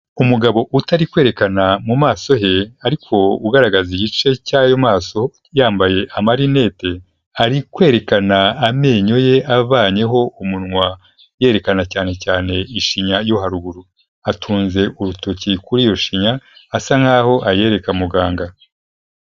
Umugabo utari kwerekana mu maso he ariko ugaragaza igice cy'ayo maso, yambaye amarinete, ari kwerekana amenyo ye avanyeho umunwa, yerekana cyane cyane ishinya yo haruguru, atunze urutoki kuri iyo shinya, asa nkaho ayereka muganga.